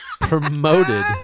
promoted